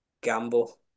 gamble